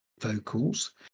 vocals